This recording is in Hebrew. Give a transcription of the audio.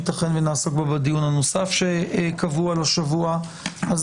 ייתכן שנעסוק בה בדיון הנוסף שקבוע לשבוע הזה,